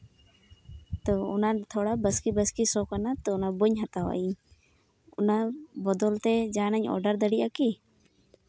ᱛᱚ ᱚᱱᱟ ᱜᱮ ᱛᱷᱚᱲᱟ ᱵᱟᱥᱠᱮ ᱵᱟᱥᱠᱮ ᱥᱚ ᱠᱟᱱᱟ ᱛᱚ ᱚᱱᱟ ᱵᱟᱹᱧ ᱦᱟᱛᱟᱣᱟ ᱤᱧ ᱚᱱᱟ ᱵᱚᱫᱚᱞᱛᱮ ᱡᱟᱦᱟᱱᱟᱜ ᱤᱧ ᱚᱨᱰᱟᱨ ᱫᱟᱲᱮᱭᱟᱜᱼᱟ ᱠᱤ